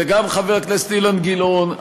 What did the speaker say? וגם חבר הכנסת אילן גילאון,